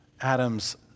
Adam's